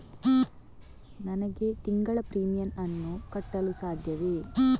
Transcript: ನನಗೆ ತಿಂಗಳ ಪ್ರೀಮಿಯಮ್ ಅನ್ನು ಕಟ್ಟಲು ಸಾಧ್ಯವೇ?